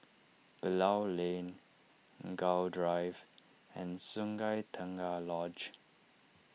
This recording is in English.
Bilal Lane Gul Drive and Sungei Tengah Lodge